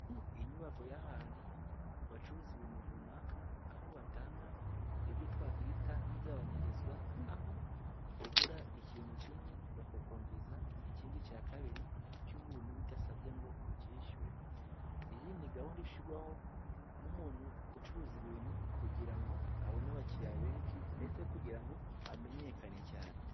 Inyubako y'ahantu bacuruza ibintu runaka aho batanga ibyo twakwita nk'igabanyirizwa, aho ugura ikintu kimwe bakakongeza ikindi cya kabiri cy'ubuntu bidasabye ngo ucyishyure. Iyi ni gahunda ishyirwaho n'umuntu ucuruza ibintu kugira ngo abone abakiriya benshi ndetse kugira ngo amenyekane cyane.